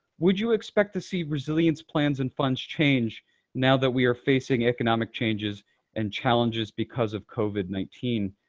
would you expect to see resilience plans and funds change now that we are facing economic changes and challenges because of covid nineteen?